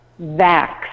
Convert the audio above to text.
Vax